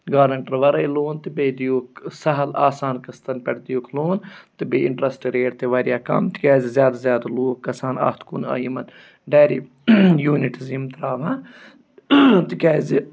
guarantor وَرٲے loan تہٕ بیٚیہِ دِیوٗکھ سہل آسان قٕسطن پٮ۪ٹھ دِیوہوٗکھ لون تہٕ بیٚیہِ اِنٹرٛسٹ ریٹ تہِ واریاہ کَم تِکیٛازِ زیادٕ زیادٕ لوٗکھ گژھٕ ہن اَتھ کُن یِمَن ڈایری یوٗنِٹٕز یِم ترٛاوٕہَن تِکیٛازِ